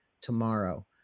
tomorrow